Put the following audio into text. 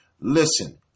listen